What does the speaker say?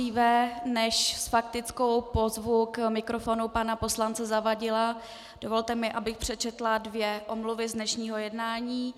Dříve než s faktickou pozvu k mikrofonu pana poslance Zavadila, dovolte mi, abych přečetla dvě omluvy z dnešního jednání.